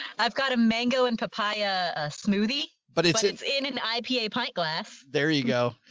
i've got a mango and papaya ah smoothie. but it's it's in an ipa pint glass. there you go.